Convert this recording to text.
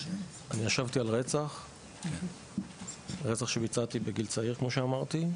אני ישבתי על רצח שביצעתי בגיל צעיר, כמו שאמרתי.